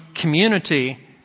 community